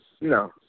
No